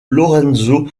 lorenzo